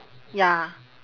ya